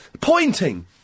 Pointing